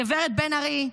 הגב' בן ארי,